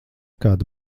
kāda